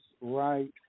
right